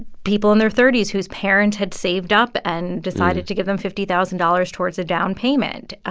people in their thirty s whose parents had saved up and decided to give them fifty thousand dollars towards a down payment.